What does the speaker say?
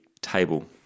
table